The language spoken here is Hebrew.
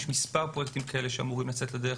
יש מספר פרויקטים כאלה שאמורים לצאת לדרך